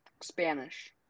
Spanish